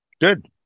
Good